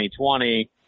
2020 –